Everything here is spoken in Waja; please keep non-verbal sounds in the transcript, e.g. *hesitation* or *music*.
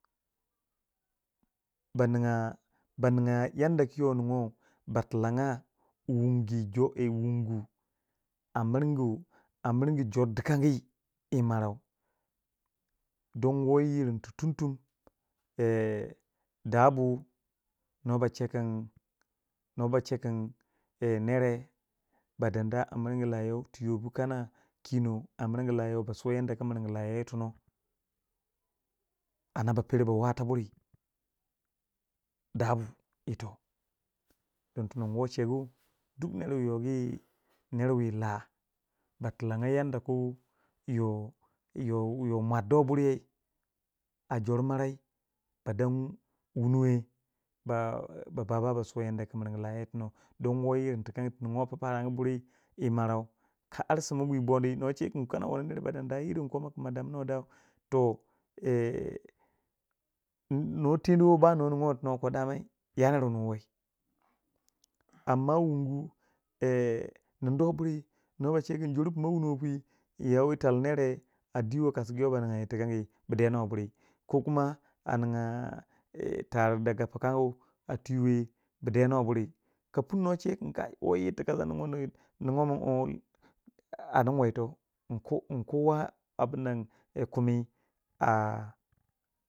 ba ningya ba ningya yan da ku yo yi ningu, ba tilangya wungi jo en a miringu a miringu a miringu jor du kangi yi maran don wo yii yirin tu tum tum *hesitation* dabu nuwa ba che kin nuwa ba che kin yo nere *hesitation* nere ba dadai a miringi layou tiwe bu kana kino a miringu layo ba su wa yanda ku miringi la miringu la yau kin da kuyi to no anda ba pero ba wata buri dah bu ito don tono nwo chegu duk ner wu yogi ner wiyi lah ba tilanga yan da ku, yoh yoh mwarduwe buri yeh a jor marau ka don wunu we ba ba ba ba suwa yandaku miringu lai yi tono don wo yir ti ningyiwe yitin tu mwani buri yi tono ka sima bwi bwondi nuwa che wu kin kana wono nere ba dandai irin komo kumo dan mini dai toh *hesitation* nuwa tenuwi ba nuwa ningyihwe pu dama nyammiri nwei, amno wundi buri ko kuma a ninga tau daga pukangi *hesitation* bu denuwa buri ka pinu ninwa nuwa chewi kin kai woyi irti kangi nuwa min un a ningwa ito kun inko kowa kumi a abunnan.